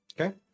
Okay